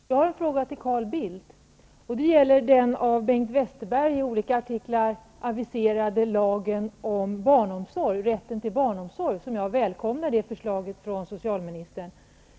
Fru talman! Jag har en fråga till Carl Bildt. Den gäller den av Bengt Westerberg i olika artiklar aviserade lagen om rätten till barnomsorg. Jag välkomnar det förslaget från socialministern.